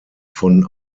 von